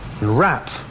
wrap